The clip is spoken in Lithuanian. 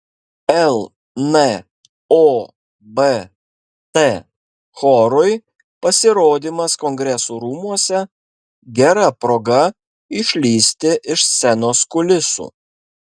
lnobt chorui pasirodymas kongresų rūmuose gera proga išlįsti iš scenos kulisų